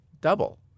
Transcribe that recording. double